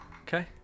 Okay